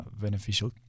beneficial